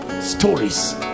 stories